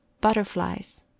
Butterflies